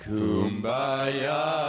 Kumbaya